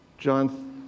John